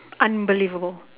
unbelievable